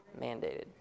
Mandated